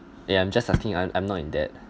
ya I'm just asking I'm I'm not in debt